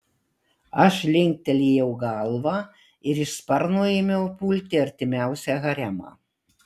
aš linktelėjau galvą ir iš sparno ėmiau pulti artimiausią haremą